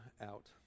out